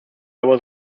was